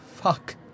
fuck